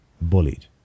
bullied